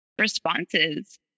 responses